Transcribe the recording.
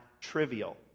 trivial